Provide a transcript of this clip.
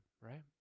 right